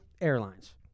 airlines